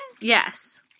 Yes